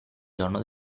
giorno